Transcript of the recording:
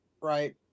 right